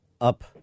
up